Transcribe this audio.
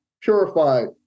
purified